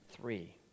three